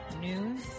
news